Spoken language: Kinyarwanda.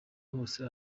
hose